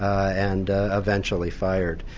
and eventually fired.